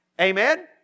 amen